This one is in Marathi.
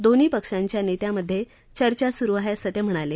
दोन्ही पक्षाच्या नेत्यांमधे चर्चा सुरु आहे असं ते म्हणाले